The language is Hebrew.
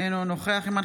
אינו נוכח שרן מרים השכל,